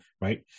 right